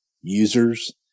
users